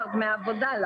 הדיסריגרד לעבודה.